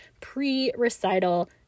pre-recital